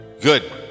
Good